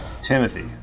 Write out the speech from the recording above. Timothy